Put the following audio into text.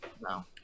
no